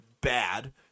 bad